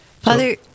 Father